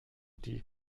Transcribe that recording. die